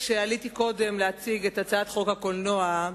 כשעליתי קודם להציג את הצעת חוק הקולנוע,